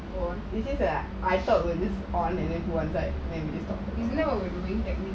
I thought it will be on and then